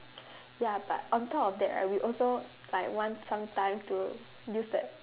ya but on top of that right we also like want some time to use the